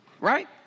right